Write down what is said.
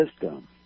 system